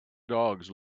dogs